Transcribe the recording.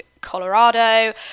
Colorado